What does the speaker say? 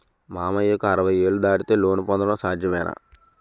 మామయ్యకు అరవై ఏళ్లు దాటితే లోన్ పొందడం సాధ్యమేనా?